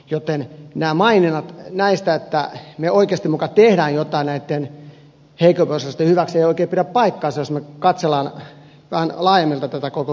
joten nämä maininnat näistä että me oikeasti muka teemme jotain näitten heikompiosaisten hyväksi ei oikein pidä paikkaansa jos me katsellaan vähän laajemmalti tätä koko kysymystä